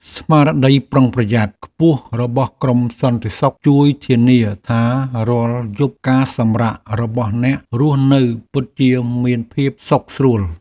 ស្មារតីប្រុងប្រយ័ត្នខ្ពស់របស់ក្រុមសន្តិសុខជួយធានាថារាល់យប់ការសម្រាករបស់អ្នករស់នៅពិតជាមានភាពសុខស្រួល។